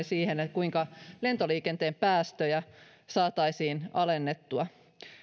siihen kuinka lentoliikenteen päästöjä saataisiin alennettua